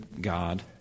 God